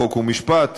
חוק ומשפט,